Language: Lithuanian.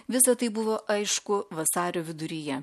visa tai buvo aišku vasario viduryje